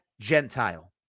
Gentile